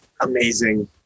amazing